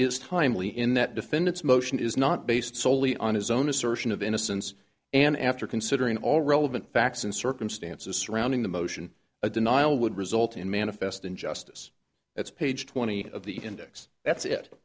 is timely in that defendant's motion is not based solely on his own assertion of innocence and after considering all relevant facts and circumstances surrounding the motion a denial would result in manifest injustice that's page twenty of the index that's it